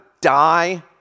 die